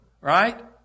Right